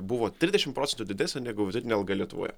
buvo trisdešimt procentų didesnė negu vidutinė alga lietuvoje